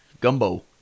gumbo